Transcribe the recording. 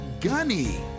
gunny